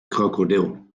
krokodil